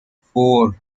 four